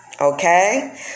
okay